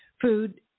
Food